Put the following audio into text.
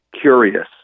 curious